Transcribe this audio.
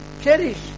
cherish